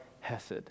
Hesed